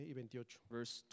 verse